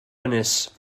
ynys